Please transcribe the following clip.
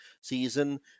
season